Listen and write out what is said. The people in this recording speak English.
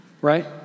right